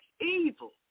evil